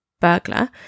burglar